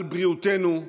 על בריאותנו,